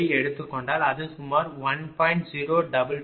ஐ எடுத்துக் கொண்டால் அது சுமார் 1